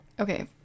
Okay